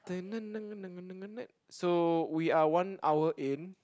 so we are one hour in